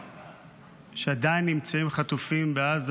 כשעדיין נמצאים חטופים בעזה.